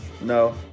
No